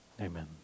Amen